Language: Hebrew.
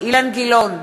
אילן גילאון,